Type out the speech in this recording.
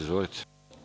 Izvolite.